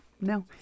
no